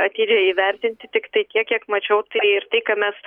atidžiai įvertinti tiktai tiek kiek mačiau tai ir tai ką mes